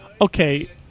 Okay